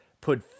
put